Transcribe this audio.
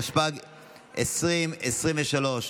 התשפ"ג 2023,